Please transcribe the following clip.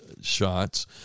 shots